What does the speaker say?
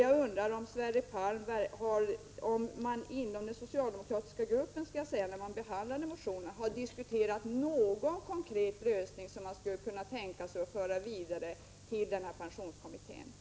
Jag undrar om man inom den socialdemokratiska gruppen, när man behandlat motionen där, har diskuterat någon konkret lösning som man skulle kunna tänka sig föra vidare till pensionskommittén.